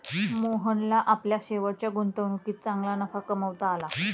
मोहनला आपल्या शेवटच्या गुंतवणुकीत चांगला नफा कमावता आला